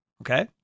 okay